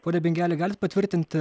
pone bingeli galit patvirtinti